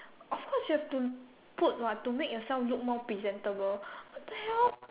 of course you have to put what to put yourself more presentable what the hell